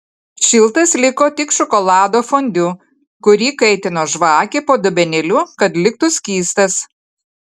šiltas liko tik šokolado fondiu kurį kaitino žvakė po dubenėliu kad liktų skystas